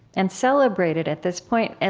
and celebrated, at this point. and